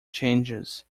changes